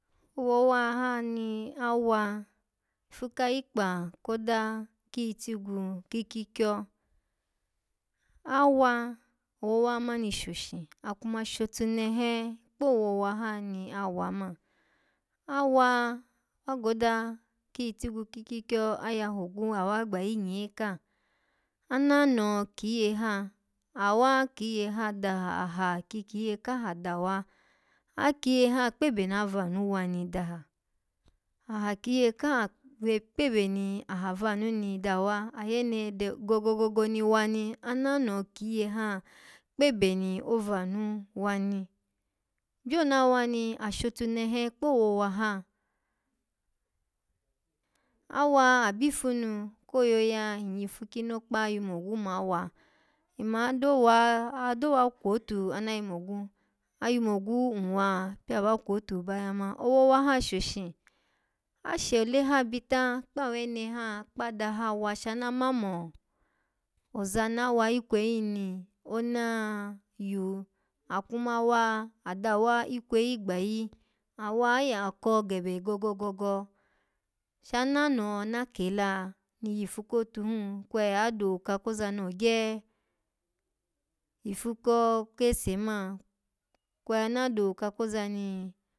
Owowa ha ni awa, ifu rayikpa koda kiyitigwu kikyikyo awa, owowa ha mani shoshi akuma shotunetu kpowowa ha ni awa mani awa wa goda kiyiyigwu kikyikyo, ayahogwu wawa gbayi nye ka anamoho kiye ha, awa kiye ha daha, aha ki kiye kaha dawa akiye ha kpebe na vanu wa nidaha aha kiye ka kpebe na vanu wa ni dawa ayene de-gogo gogo ni wa ni, ananoho kiye ha kpebe ni ovanu wa ni byoni awa ni ashotunehe kpowowa ha awa abifunu koyaya nyyifu kinokpa ayumogwu ma wa, nmo ado wa, ado wa kwotu ana yumogwu, ayumogwu nwwa, pi aba kwotu ba ya ma owowa ha shoshi ashole ha bita kpawene ha kpawada ha wa shana mamo ozana wa ikweyi him ni ona yiwu akuma wa adawa ikweyi gbayi awa ayaha ko gebe gogo gogo, shananoho na kela ni yifu kotu huu, kwe adoka koza ho gye ifu ko-kese man kwe ana doka koza ni.